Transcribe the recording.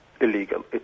illegal